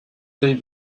they